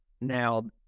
now